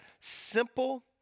simple